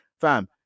fam